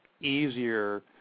easier